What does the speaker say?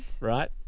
Right